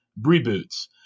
Reboots